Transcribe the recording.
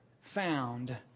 found